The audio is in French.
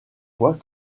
fois